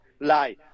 lie